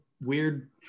weird